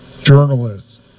journalists